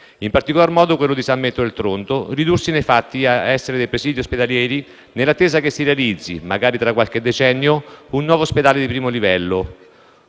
(in particolar modo quello di San Benedetto del Tronto), ridursi nei fatti a essere dei presidi ospedalieri, nell'attesa che si realizzi, magari tra qualche decennio, un nuovo ospedale di primo livello,